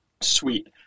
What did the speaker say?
Sweet